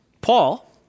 Paul